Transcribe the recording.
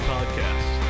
Podcast